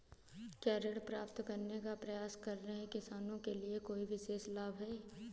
क्या ऋण प्राप्त करने का प्रयास कर रहे किसानों के लिए कोई विशेष लाभ हैं?